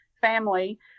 family